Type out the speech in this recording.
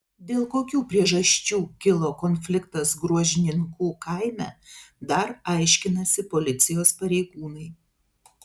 dėl kokių priežasčių kilo konfliktas gruožninkų kaime dar aiškinasi policijos pareigūnai